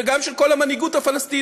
וגם של כל המנהיגות הפלסטינית,